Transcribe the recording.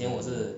mm